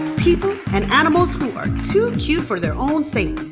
people and animals who are too cute for their own safety.